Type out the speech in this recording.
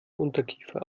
unterkiefer